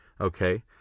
Okay